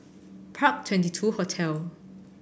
Park Twenty two Hotel